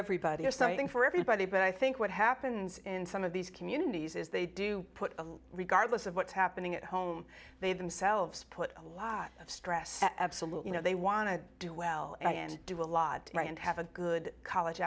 everybody or something for everybody but i think what happens in some of these communities is they do put a lot regardless of what's happening at home they themselves put a lot of stress absolutely they want to do well and do a lot and have a good college